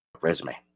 resume